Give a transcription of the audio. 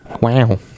Wow